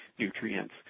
Nutrients